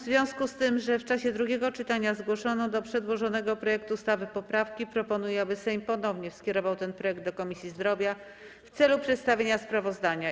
W związku z tym, że w czasie drugiego czytania zgłoszono do przedłożonego projektu ustawy poprawki, proponuję, aby Sejm ponownie skierował ten projekt do Komisji Zdrowia w celu przedstawienia sprawozdania.